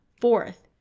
Fourth